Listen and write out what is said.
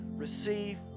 receive